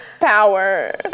power